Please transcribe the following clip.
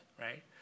right